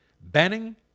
banning